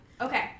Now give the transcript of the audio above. Okay